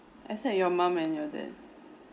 except your mum and your dad